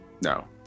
no